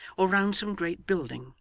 or round some great building